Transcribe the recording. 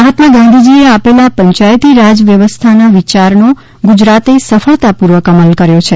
મહાત્મા ગાંધીજીએ આપેલા પંચાયતી રાજવ્યવસ્થાના વિયારનો ગુજરાતે સફળતાપૂર્વક અમલ કર્યો છે